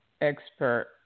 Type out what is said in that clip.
expert